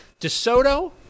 Desoto